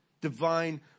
divine